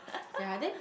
ya then